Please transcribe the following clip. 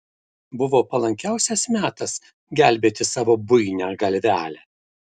buvo palankiausias metas gelbėti savo buinią galvelę